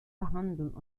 verhandeln